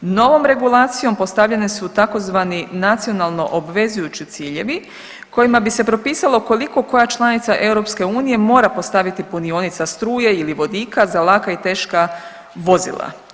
Novom regulacijom postavljene su tzv. nacionalno obvezujući ciljevi kojima bi se propisalo koliko koja članica EU mora postaviti punionica struje ili vodika za laka i teška vozila.